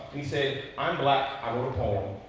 he said, i'm black. i wrote a poem.